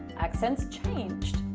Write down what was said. accents changed.